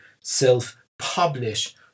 self-publish